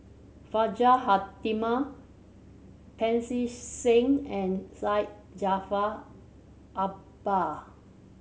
Hajjah Fatimah Pancy Seng and Syed Jaafar Albar